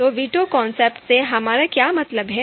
तो veto concept से हमारा क्या मतलब है